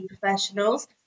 professionals